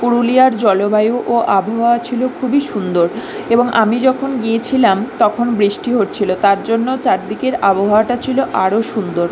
পুরুলিয়ার জলবায়ু ও আবহাওয়া ছিল খুবই সুন্দর এবং আমি যখন গিয়েছিলাম তখন বৃষ্টি হচ্ছিল তার জন্য চারদিকের আবহাওয়াটা ছিল আরো সুন্দর